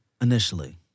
initially